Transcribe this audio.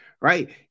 right